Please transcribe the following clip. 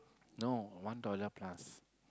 no one dollar plus